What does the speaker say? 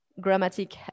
grammatic